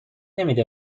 نمیده